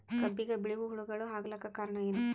ಕಬ್ಬಿಗ ಬಿಳಿವು ಹುಳಾಗಳು ಆಗಲಕ್ಕ ಕಾರಣ?